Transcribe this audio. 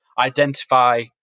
identify